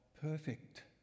perfect